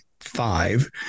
five